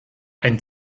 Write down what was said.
ein